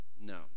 No